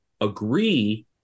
agree